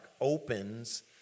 opens